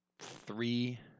three